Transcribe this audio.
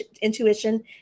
intuition